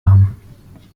haben